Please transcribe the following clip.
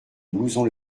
blouson